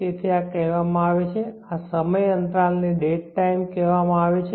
તેથી આ કહેવામાં આવે છે આ સમય અંતરાલને ડેડ ટાઇમ કહેવામાં આવે છે